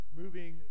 moving